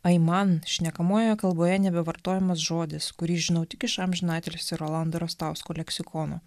aiman šnekamojoje kalboje nebevartojamas žodis kurį žinau tik iš amžiną atilsį rolando rastausko leksikono